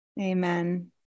Amen